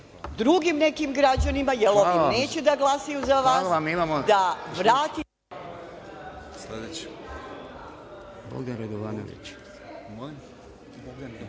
drugim nekim građanima jer ovi neće da glasaju za vas, da vratite…